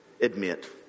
admit